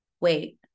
wait